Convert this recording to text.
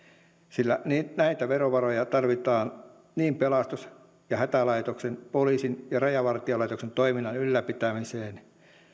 sillä verovaroja tarvitaan niin pelastus kuin hätäkeskuslaitoksen poliisin ja rajavartiolaitoksen toiminnan ylläpitämiseen